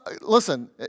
listen